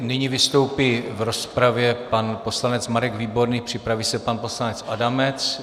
Nyní vystoupí v rozpravě pan poslanec Marek Výborný, připraví se pan poslanec Adamec.